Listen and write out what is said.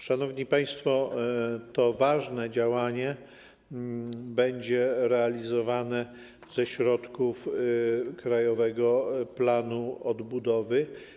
Szanowni państwo, to ważne działanie będzie realizowane ze środków Krajowego Planu Odbudowy.